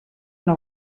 una